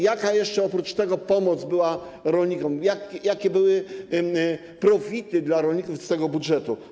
Jaka jeszcze oprócz tego pomoc była udzielona rolnikom, jakie były profity dla rolników z tego budżetu?